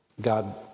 God